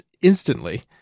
instantly